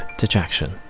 dejection